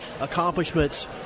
accomplishments